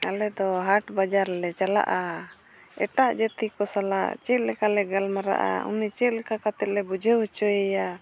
ᱟᱞᱮ ᱫᱚ ᱦᱟᱴ ᱵᱟᱡᱟᱨ ᱞᱮ ᱪᱟᱞᱟᱜᱼᱟ ᱮᱴᱟᱜ ᱡᱟᱹᱛᱤ ᱠᱚ ᱥᱟᱞᱟᱜ ᱪᱮᱫ ᱞᱮᱠᱟᱞᱮ ᱜᱟᱞᱢᱟᱨᱟᱜᱼᱟ ᱩᱱᱤ ᱪᱮᱫ ᱞᱮᱠᱟ ᱠᱟᱛᱮᱫᱼᱞᱮ ᱵᱩᱡᱷᱟᱹᱣ ᱦᱚᱪᱚᱭᱮᱭᱟ